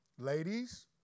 Ladies